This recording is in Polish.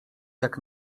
jak